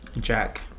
Jack